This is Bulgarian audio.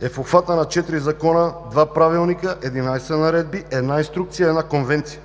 е в обхвата на четири закона, два правилника, единадесет наредби, една инструкция и една конвенция.